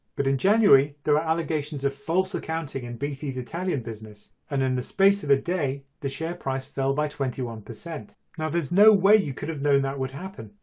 but in january there were allegations of false accounting in bt's italian business and in the space of a day the share price fell by twenty one. now there's no way you could have known that would happen.